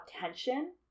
tension